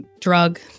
drug